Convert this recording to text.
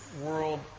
world